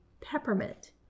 peppermint